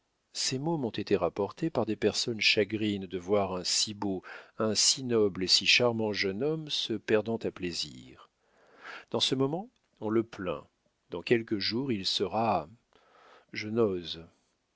ces mots m'ont été rapportés par des personnes chagrines de voir un si beau un si noble et si charmant jeune homme se perdant à plaisir dans ce moment on le plaint dans quelques jours il sera je n'ose